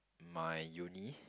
my uni